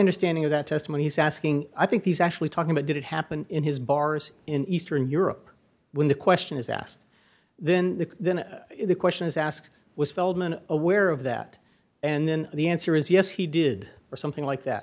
understanding of the testimony's asking i think he's actually talking about did it happen in his bars in eastern europe when the question is asked then the question is asked was feldman aware of that and then the answer is yes he did or something like that